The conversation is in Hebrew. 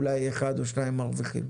אולי אחת או שתיים מרוויחות.